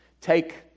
take